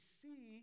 see